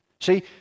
See